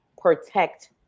protect